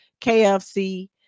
KFC